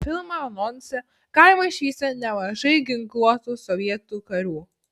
filmo anonse galima išvysti nemažai ginkluotų sovietų karių